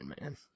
man